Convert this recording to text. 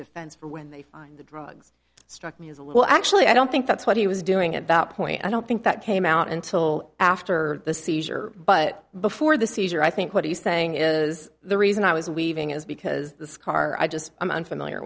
defense for when they find the drugs struck me as a little actually i don't think that's what he was doing at that point i don't think that came out until after the seizure but before the seizure i think what he's saying is the reason i was weaving is because the scar i just i'm unfamiliar